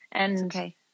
Okay